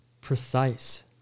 precise